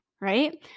right